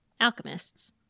alchemists